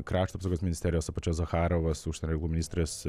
krašto apsaugos ministerijos apačioj zacharovas užsienio reikalų ministras